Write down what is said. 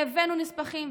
והבאנו נספחים,